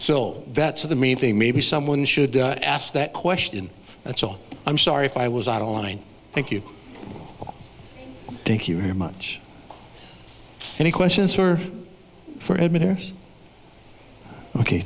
so that's the main thing maybe someone should ask that question that's oh i'm sorry if i was out of line thank you thank you very much any questions for for editor ok